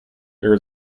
there